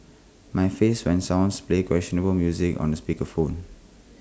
my face when someone plays questionable music on speaker phone